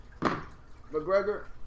McGregor